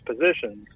positions